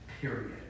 period